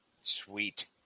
Sweet